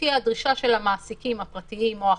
תהיה הדרישה של המעסיקים הפרטיים או האחרים,